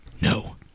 No